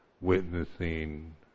witnessing